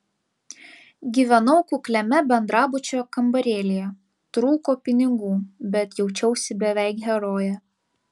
gyvenau kukliame bendrabučio kambarėlyje trūko pinigų bet jaučiausi beveik heroje